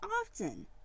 often